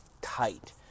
tight